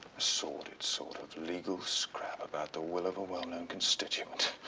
sordid sort of legal scrap about the will of a well-known constituent.